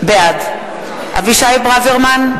בעד אבישי ברוורמן,